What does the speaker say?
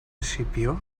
escipió